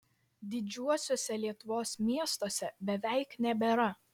didžiuosiuose lietuvos miestuose beveik nebėra